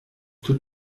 tut